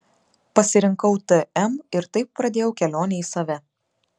pasirinkau tm ir taip pradėjau kelionę į save